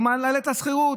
הוא מעלה את השכירות,